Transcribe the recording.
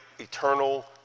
eternal